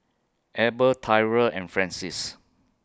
Eber Tyrel and Francis